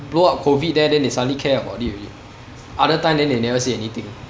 blow up COVID there then they suddenly care about it already other time then they never say anything